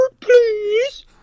please